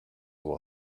will